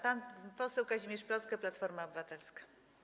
Pan poseł Kazimierz Plocke, Platforma Obywatelska.